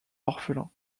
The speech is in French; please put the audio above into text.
orphelin